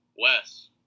Wes